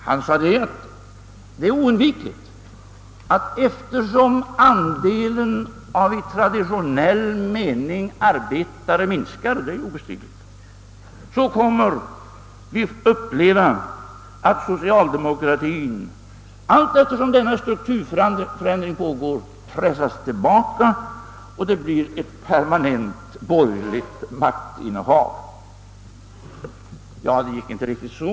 Han sade att det är oundvikligt att eftersom andelen av vad vi i traditionell mening kallar arbetare minskar — och det är obestridligt — kommer vi att få uppleva att socialdemokratien allteftersom denna strukturförändring pågår pressas tillbaka, och det blir ett permanent borgerligt maktinnehav. Det gick inte riktigt så.